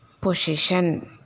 Position